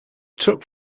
took